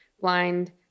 blind